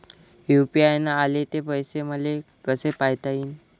UPI न आले ते पैसे मले कसे पायता येईन?